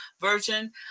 version